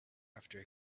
after